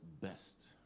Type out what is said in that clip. best